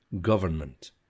Government